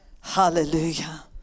Hallelujah